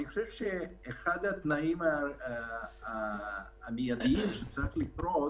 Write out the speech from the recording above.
אני חושב שאחד התנאים המיידיים שצריכים לקרות